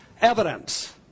evidence